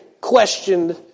questioned